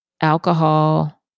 alcohol